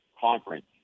conference